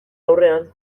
aurrean